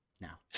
now